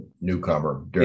newcomer